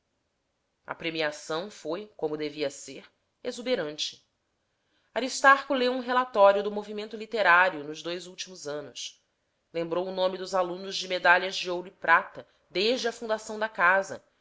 a premiação foi como devia ser exuberante aristarco leu um relatório do movimento literário nos dois últimos anos lembrou o nome dos alunos de medalhas de ouro e prata desde a fundação da casa